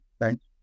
Thanks